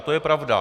To je pravda.